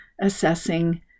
assessing